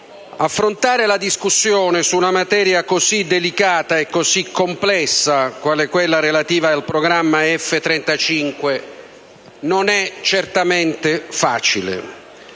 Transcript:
affrontare la discussione su una materia così delicata e così complessa, quale quella relativa al programma F-35, non è certamente facile,